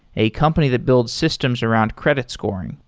a company that builds systems around credit scoring.